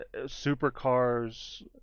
supercars